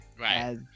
Right